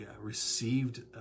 received